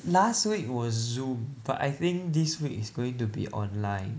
last week was Zoom but I think this week is going to be online